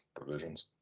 provisions